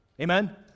Amen